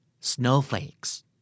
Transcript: Snowflakes